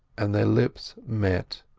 and their lips met,